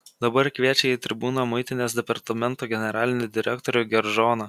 dabar kviečia į tribūną muitinės departamento generalinį direktorių geržoną